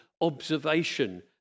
observation